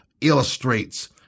illustrates